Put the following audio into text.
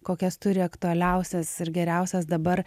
kokias turi aktualiausias ir geriausias dabar